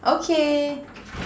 okay